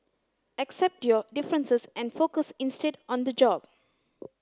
accept your differences and focus instead on the job